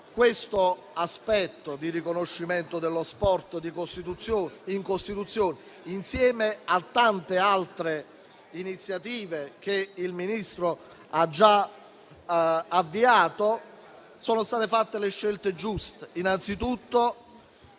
elettorale il riconoscimento dello sport in Costituzione, insieme a tante altre iniziative che il Ministro ha già avviato, sono state scelte giuste. Innanzitutto,